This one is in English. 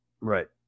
Right